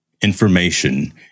information